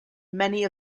many